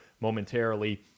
momentarily